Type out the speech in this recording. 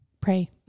pray